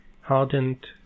hardened